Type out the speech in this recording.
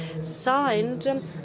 signed